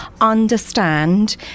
understand